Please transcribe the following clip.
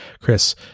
Chris